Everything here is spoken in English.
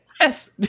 Yes